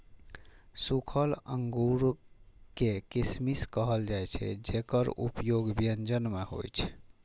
सूखल अंगूर कें किशमिश कहल जाइ छै, जेकर उपयोग व्यंजन मे होइ छै